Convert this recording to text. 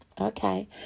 okay